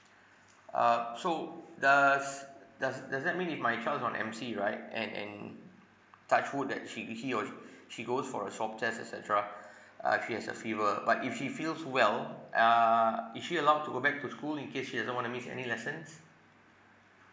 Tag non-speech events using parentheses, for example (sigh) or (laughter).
uh so does does does that mean if my child is on M_C right and and touch wood that she he he he or she goes for a swab test et cetera (breath) uh if he has a fever but if she feels well err is she allowed to go back to school in case she doesn't want to miss any lessons